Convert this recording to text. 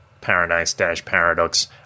paradise-paradox